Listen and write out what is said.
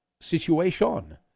situation